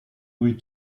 louis